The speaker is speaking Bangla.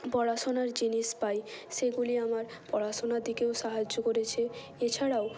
পড়াশোনার জিনিস পাই সেগুলি আমার পড়াশোনা দিকেও সাহায্য করেছে এছাড়াও